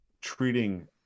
treating